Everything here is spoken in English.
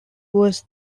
was